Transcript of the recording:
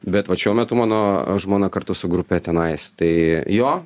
bet vat šiuo metu mano žmona kartu su grupe tenais tai jo